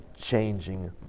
changing